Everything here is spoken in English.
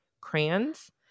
crayons